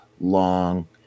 long